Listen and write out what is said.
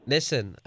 Listen